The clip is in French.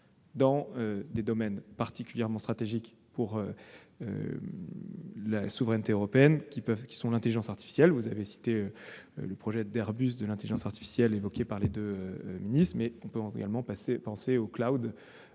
dans des domaines particulièrement stratégiques pour la souveraineté européenne comme l'intelligence artificielle. Vous avez cité, monsieur le sénateur, l'« Airbus de l'intelligence artificielle », évoqué par les deux ministres, mais on peut également penser au projet